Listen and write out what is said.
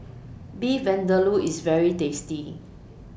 Beef Vindaloo IS very tasty